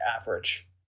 average